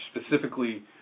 specifically